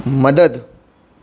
मदद